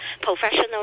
professional